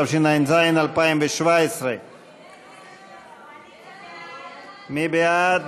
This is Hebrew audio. התשע"ז 2017. מי בעד?